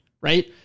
right